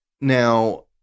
Now